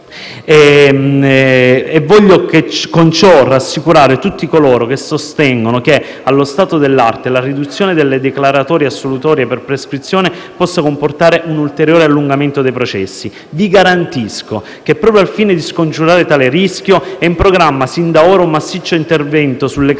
voglio rassicurare tutti coloro che sostengono che, allo stato dell'arte, la riduzione delle declaratorie assolutorie per prescrizione possa comportare un ulteriore allungamento dei processi. Vi garantisco che, proprio al fine di scongiurare tale rischio, è in programma sin d'ora un massiccio intervento sulle cause